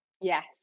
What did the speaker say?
Yes